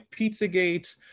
Pizzagate